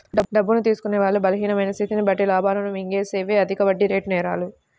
డబ్బు తీసుకునే వాళ్ళ బలహీనమైన స్థితిని బట్టి లాభాలను మింగేసేవే అధిక వడ్డీరేటు నేరాలు